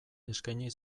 eskaini